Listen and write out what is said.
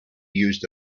used